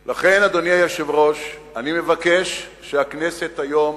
לכן, אדוני היושב-ראש, אני מבקש שהכנסת תעביר היום